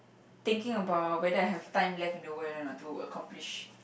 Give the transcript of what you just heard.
thinking about whether I have time left in the world or not to accomplish